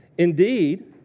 Indeed